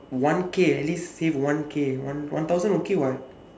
one K at least save one K one one thousand okay [what]